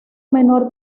menor